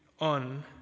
On